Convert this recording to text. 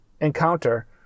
encounter